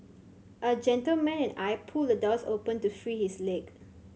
a gentleman and I pulled the doors open to free his leg